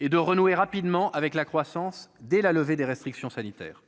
et de renouer rapidement avec la croissance dès la levée des restrictions sanitaires